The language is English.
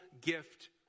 gift